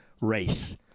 race